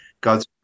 God's